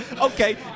okay